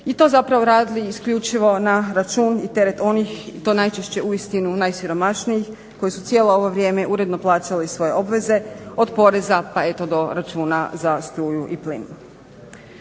i to zapravo radili isključivo na račun i teret onih, i to najčešće uistinu najsiromašnijih, koji su cijelo ovo vrijeme uredno plaćali svoje obveze od poreza pa eto do računa za struju i plin.